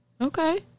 Okay